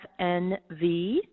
FNV